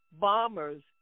bombers